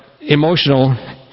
emotional